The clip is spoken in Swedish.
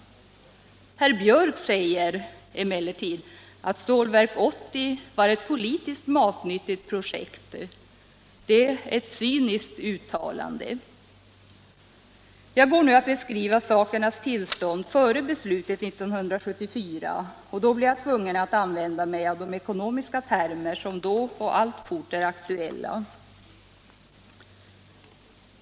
Herr Björck i Nässjö sade att Stålverk 80 var ett politiskt matnyttigt projekt, men det anser jag vara ett cyniskt uttalande. Jag går nu att beskriva sakernas tillstånd före beslutet år 1974, och då blir jag tvungen att använda mig av de ekonomiska termer som då var och alltfort är aktuella.